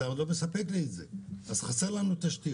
ואתה לא מספק לי את האפשרות הזאת.